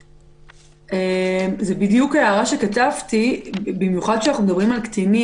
זאת בדיוק הערה שכתבתי, במיוחד כשמדובר על קטין.